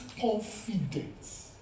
confidence